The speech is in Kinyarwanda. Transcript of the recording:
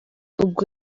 ubwo